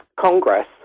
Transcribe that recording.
Congress